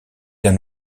d’un